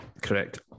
correct